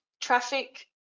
traffic